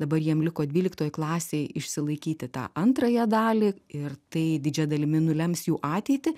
dabar jiem liko dvyliktoj klasėj išsilaikyti tą antrąją dalį ir tai didžia dalimi nulems jų ateitį